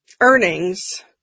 earnings